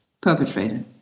perpetrator